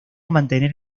mantener